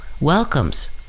welcomes